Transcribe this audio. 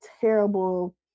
terrible